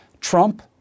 Trump